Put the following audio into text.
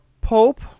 Pope